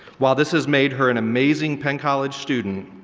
while this has made her an amazing penn college student,